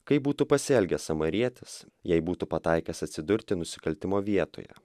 kaip būtų pasielgęs samarietis jei būtų pataikęs atsidurti nusikaltimo vietoje